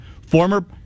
former